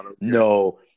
No